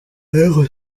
ariko